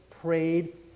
prayed